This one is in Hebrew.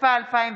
התשפ"א 2020,